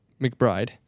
McBride